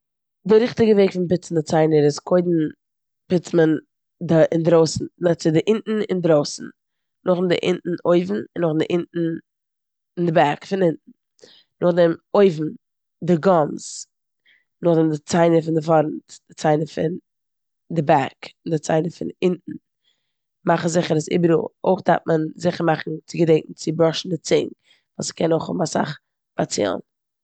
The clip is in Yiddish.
די ריכטיגע וועג פון פוצן די ציינער איז קודם פוצט מען די אינדרויס- לעטס סעי, די אונטן אינדרויסן, נאכדעם די אונטן אויבן און די אונטן אין די בעק פון אונטן. נאכדעם אויבן, די גאמס, נאכדעם די ציינער פון די פארנט, די ציינער פון די בעק, די ציינער פון די אונטן, מאכן זיכער אז איבעראל. אויך דארף מען זיכער מאכן צו געדענקען צו בראשן די צונג ווייל ס'קען אויך האבן אסאך באצילן.